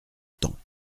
temps